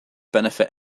benefit